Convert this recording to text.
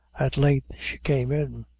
at length she came in.